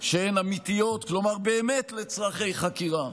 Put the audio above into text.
שהן אמיתיות, כלומר, באמת לצורכי חקירה,